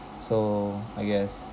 so I guess